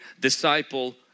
disciple